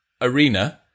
arena